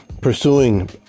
pursuing